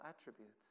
attributes